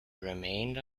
remained